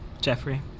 Jeffrey